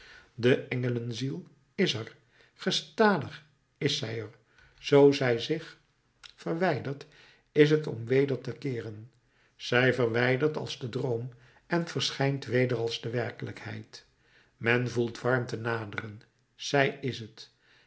de engelenziel is er gestadig is zij er zoo zij zich verwijdert is t om weder te keeren zij verdwijnt als de droom en verschijnt weder als de werkelijkheid men voelt warmte naderen zij is t